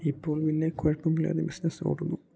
ഇപ്പോൾ വലിയ കുഴപ്പമില്ലാതെ ബിസിനസ്സ് ഓടുന്നു